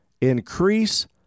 Increase